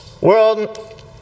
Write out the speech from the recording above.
world